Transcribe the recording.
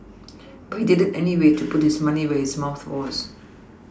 but he did it anyway to put his money where his mouth was